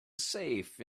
safe